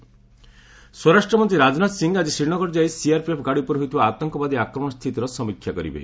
ରାଜନାଥ ସ୍ୱରାଷ୍ଟ୍ର ମନ୍ତ୍ରୀ ରାଜନାଥ ସିଂହ ଆଜି ଶ୍ରୀନଗର ଯାଇ ସିଆର୍ପିଏଫ୍ ଗାଡ଼ି ଉପରେ ହୋଇଥିବା ଆତଙ୍କବାଦୀ ଆକ୍ରମଣ ସ୍ଥିତିର ସମୀକ୍ଷା କରିବେ